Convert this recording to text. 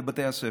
לבתי הספר.